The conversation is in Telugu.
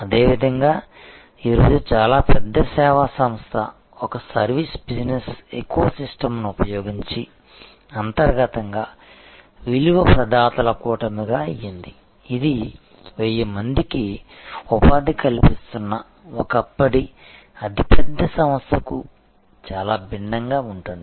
అదేవిధంగా ఈ రోజు చాలా పెద్ద సేవా సంస్థ ఒక సర్వీస్ బిజినెస్ ఎకోసిస్టమ్ని ఉపయోగించి అంతర్గతంగా విలువ ప్రదాతల కూటమిగా ఉంటుంది ఇది 1000 మందికి ఉపాధి కల్పిస్తున్న ఒకప్పటి అతి పెద్ద సంస్థకు చాలా భిన్నంగా ఉంటుంది